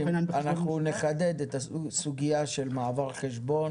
אנחנו נחדד את הסוגייה הזו של מעבר חשבון